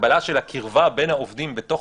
ההגבלה של הקרבה בין העובדים בתוך